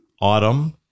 Autumn